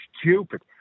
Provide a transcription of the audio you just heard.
stupid